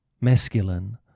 masculine